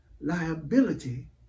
liability